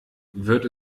wird